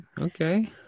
Okay